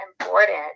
important